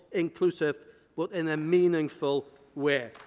inclusive but in a meanful way.